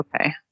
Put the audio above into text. Okay